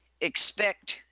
expect